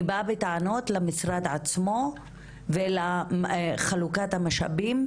אני באה בטענות למשרד עצמו ולחלוקת המשאבים,